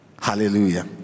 hallelujah